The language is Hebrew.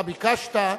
אתה ביקשת,